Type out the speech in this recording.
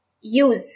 use